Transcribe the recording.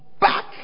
back